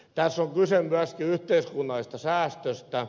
tässä on kyse myöskin yhteiskunnallisesta säästöstä